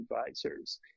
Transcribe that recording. advisors